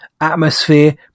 atmosphere